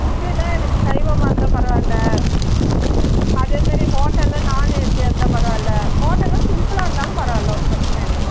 ஃபுட்டுன்னால் எனக்கு சைவமாக இருந்தால் பரவாயில்லை அதேமாரி ஹோட்டலு நான்ஏசியாக இருந்தால் பரவாயில்லை ஹோட்டலும் சிம்புளாக இருந்தாலும் பரவாயில்லை ஒன்றும் பிரச்சின இல்லை